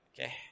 Okay